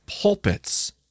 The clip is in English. pulpits